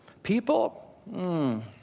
People